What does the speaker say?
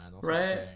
right